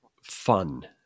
fun